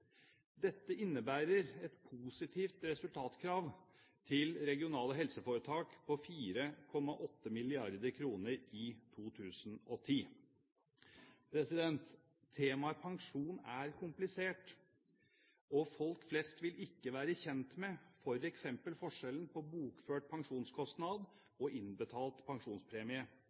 Dette innebærer et positivt resultatkrav til regionale helseforetak på 4,8 mrd. kr i 2010. Temaet pensjon er komplisert, og folk flest vil ikke være kjent med f.eks. forskjellen på bokført pensjonskostnad og innbetalt pensjonspremie.